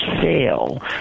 fail